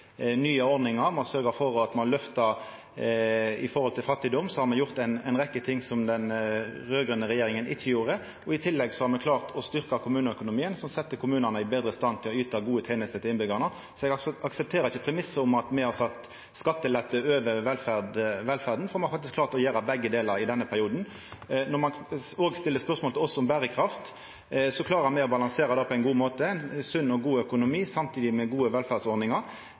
nye ordningar. Når det gjeld fattigdom, har me gjort ei rekkje ting som den raud-grøne regjeringa ikkje gjorde. I tillegg har me klart å styrkja kommuneøkonomien, som set kommunane betre i stand til å yta gode tenester til innbyggjarane. Så eg aksepterer ikkje premissen om at me har sett skattelette over velferda, for me har faktisk greidd å gjera begge delar i denne førre perioden. Når ein òg stiller spørsmål til oss om berekraft, klarer me å balansera det på ein god måte – sunn og god økonomi saman med gode velferdsordningar.